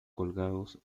colgados